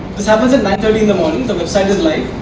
this happens at nine thirty in the morning, the website and like